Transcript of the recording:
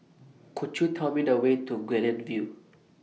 Could YOU Tell Me The Way to Guilin View